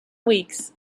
weeks